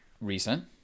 recent